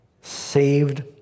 saved